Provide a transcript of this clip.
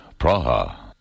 Praha